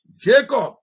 Jacob